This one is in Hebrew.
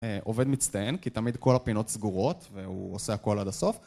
עובד מצטיין כי תמיד כל הפינות סגורות והוא עושה הכל עד הסוף